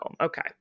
Okay